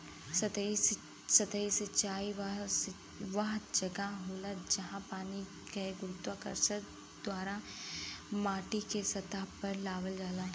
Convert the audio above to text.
सतही सिंचाई वह जगह होला, जहाँ पानी के गुरुत्वाकर्षण द्वारा माटीके सतह पर लगावल जाला